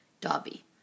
Dobby